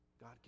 God